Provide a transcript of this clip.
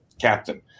captain